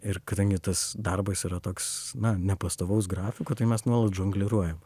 ir kadangi tas darbas yra toks na nepastovaus grafiko tai mes nuolat žongliruojam